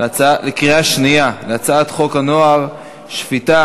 בקריאה שנייה על הצעת חוק הנוער (שפיטה,